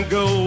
go